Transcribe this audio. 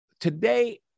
today